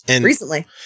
Recently